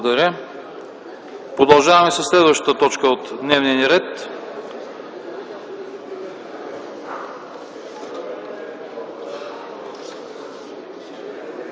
Продължаваме със следващата точка от дневния ред: